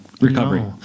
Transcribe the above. recovery